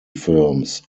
films